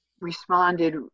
responded